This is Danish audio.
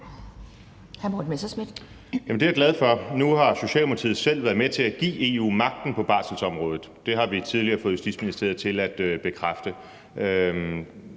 Det er jeg glad for. Nu har Socialdemokratiet selv været med til at give EU magten på barselsområdet. Det har vi tidligere fået Justitsministeriet til at bekræfte.